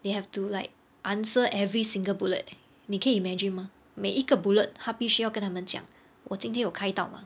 they have to like answer every single bullet leh 你可以 imagine mah 每一个 bullet 他必须要跟他们讲我今天有开到 mah